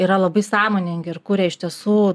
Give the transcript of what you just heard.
yra labai sąmoningi ir kuria iš tiesų